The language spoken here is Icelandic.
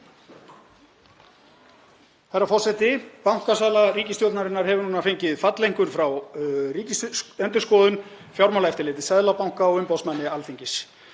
Herra forseti. Bankasala ríkisstjórnarinnar hefur nú fengið falleinkunn frá Ríkisendurskoðun, Fjármálaeftirliti Seðlabanka og umboðsmanni Alþingis.